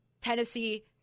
Tennessee –